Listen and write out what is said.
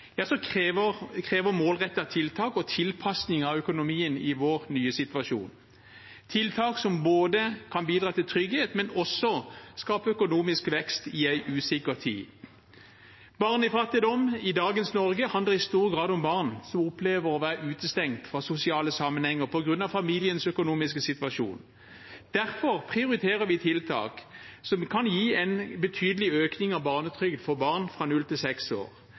tiltak og tilpasning av økonomien i vår nye situasjon – tiltak som kan bidra til trygghet, men også skape økonomisk vekst i en usikker tid. Barnefattigdom i dagens Norge handler i stor grad om barn som opplever å være utestengt fra sosiale sammenhenger på grunn av familiens økonomiske situasjon. Derfor prioriterer vi tiltak som å gi en betydelig økning i barnetrygd for barn fra 0 til 6 år,